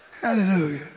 Hallelujah